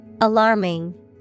alarming